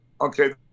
Okay